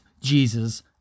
Jesus